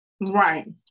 Right